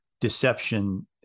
deception